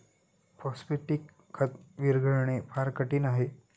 phosphatic खत विरघळणे फार कठीण आहे